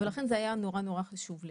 ולכן זה היה נורא נורא חשוב לי.